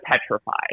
petrified